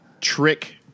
trick